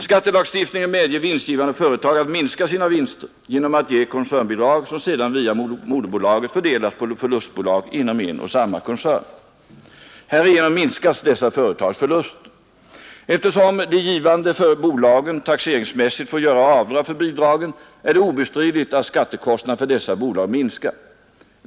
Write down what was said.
Skattelagstiftningen medger vinstgivande företag att minska sina vinster genom att ge koncernbidrag som sedan via moderbolaget fördelas på förlustbolag inom en och samma koncern. Härigenom minskas dessa företags förluster. Eftersom det är givande för bolagen taxeringsmässigt att få göra avdrag för bidragen är det obestridligt att skattekostnaden för dessa bolag minskar.